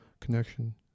connection